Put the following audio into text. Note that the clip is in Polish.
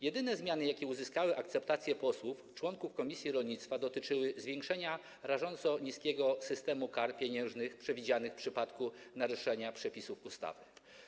Jedyne zmiany, jakie uzyskały akceptację posłów członków komisji rolnictwa, dotyczyły zwiększenia rażąco niskiego systemu kar pieniężnych przewidzianych w przypadku naruszenia przepisów ustawy.